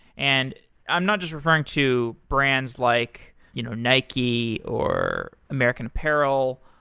and i'm not just referring to brands like you know nike, or american apparel,